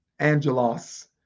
Angelos